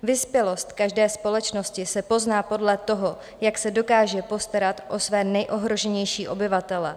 Vyspělost každé společnosti se pozná podle toho, jak se dokáže postarat o své nejohroženější obyvatele.